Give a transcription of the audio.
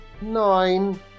nine